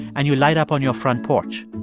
and you light up on your front porch.